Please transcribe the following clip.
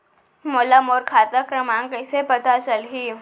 मोला मोर खाता क्रमाँक कइसे पता चलही?